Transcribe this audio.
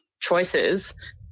choices